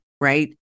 right